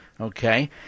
Okay